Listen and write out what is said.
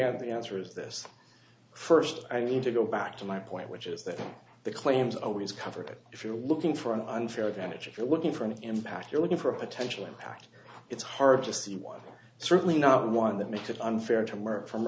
and the answer is this first i need to go back to my point which is that the claims of news coverage if you're looking for an unfair advantage if you're looking for an impact you're looking for a potential impact it's hard to see one certainly not one that makes it unfair to merit from